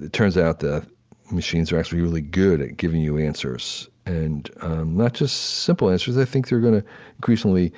it turns out the machines are actually really good at giving you answers and not just simple answers. i think they're gonna increasingly